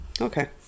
Okay